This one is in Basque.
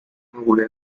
gure